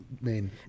main